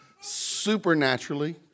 supernaturally